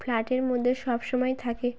ফ্ল্যাটের মধ্যে সব সময় থাকি